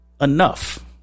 enough